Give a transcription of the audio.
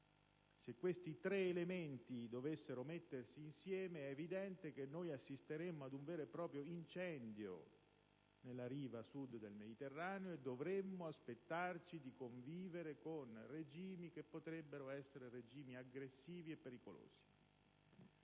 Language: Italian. Se questi tre elementi dovessero mettersi insieme, è evidente che assisteremmo ad un vero e proprio incendio nella riva Sud del Mediterraneo e dovremmo aspettarci di convivere con regimi che potrebbero essere aggressivi e pericolosi.